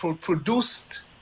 produced